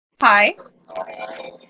Hi